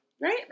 Right